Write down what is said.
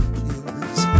kills